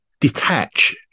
detach